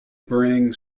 bring